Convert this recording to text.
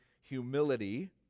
humility